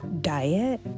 diet